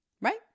right